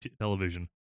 television